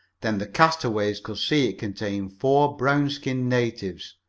then the castaways could see it contained four brown-skinned natives.